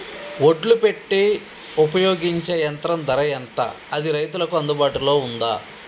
ఒడ్లు పెట్టే ఉపయోగించే యంత్రం ధర ఎంత అది రైతులకు అందుబాటులో ఉందా?